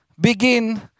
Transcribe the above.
begin